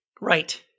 Right